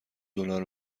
دلار